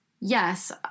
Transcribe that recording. Yes